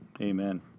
Amen